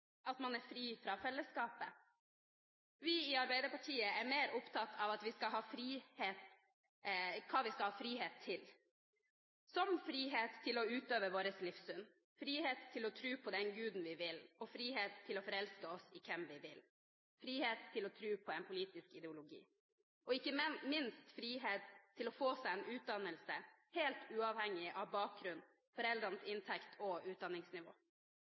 at man er fri fra fellesskapet? Vi i Arbeiderpartiet er mer opptatt av hva vi skal ha frihet til, som frihet til å utøve vårt livssyn, frihet til å tro på den guden vi vil, og frihet til å forelske oss i hvem vi vil, frihet til å tro på en politisk ideologi og – ikke minst – frihet til å få seg en utdannelse helt uavhengig av bakgrunn, foreldrenes inntekt og utdanningsnivå.